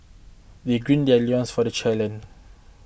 they gird their loins for the challenge